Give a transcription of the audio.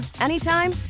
anytime